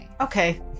Okay